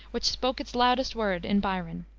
which spoke its loudest word in byron.